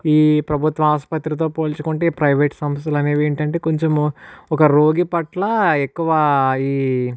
ఈ ప్రభుత్వ ఆసుపత్రితో పోల్చుకుంటే ఈ ప్రైవేటు సంస్థలు అనేవి ఏంటంటే కొంచము ఒక రోగి పట్ల ఎక్కువ ఈ